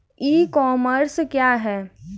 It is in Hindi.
ई कॉमर्स क्या है?